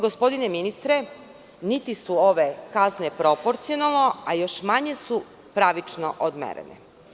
Gospodine ministre, niti su ove kazne proporcionalno, a još manje su pravično odmerene.